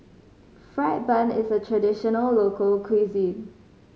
fried bun is a traditional local cuisine